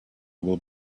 will